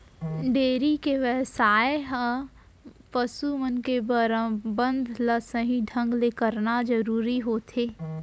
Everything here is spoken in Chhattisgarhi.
डेयरी के बेवसाय म पसु मन के परबंध ल सही ढंग ले करना जरूरी होथे